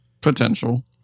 Potential